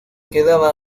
quedaba